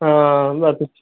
हाँ बस